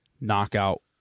knockout